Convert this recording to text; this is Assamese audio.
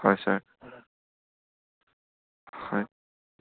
হয় ছাৰ হয়